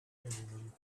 anyone